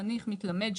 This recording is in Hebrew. חניך מתלמד,